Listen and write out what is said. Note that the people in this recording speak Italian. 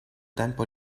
tempo